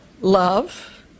love